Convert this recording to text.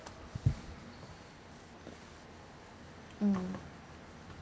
mm